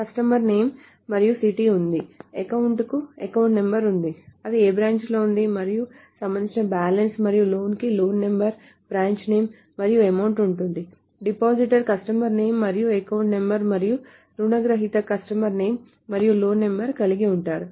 కస్టమర్కు నేమ్ మరియు సిటీ ఉంది అకౌంట్ కు అకౌంట్ నంబర్ ఉంది అది ఏ బ్రాంచ్లో ఉంది మరియు సంబంధిత బ్యాలెన్స్ మరియు లోన్ కి లోన్ నంబర్ బ్రాంచ్ నేమ్ మరియు అమౌంట్ ఉంటుంది డిపాజిటర్ కస్టమర్ నేమ్ మరియు అకౌంట్ నంబర్ మరియు రుణగ్రహీత కస్టమర్ నేమ్ మరియు లోన్ నంబర్ కలిగి ఉంటారు